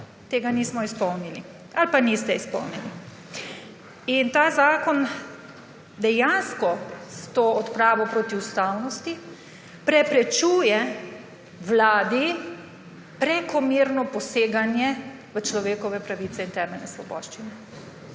tega nismo izpolnili ali pa niste izpolnili. Ta zakon dejansko s to odpravo protiustavnosti preprečuje vladi prekomerno poseganje v človekove pravice in temeljne svoboščine.